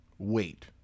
Wait